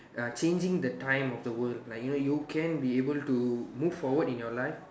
uh changing the time of the world like you know you can be able to move forward in your life